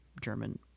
German